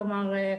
כלומר,